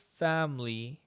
family